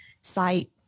site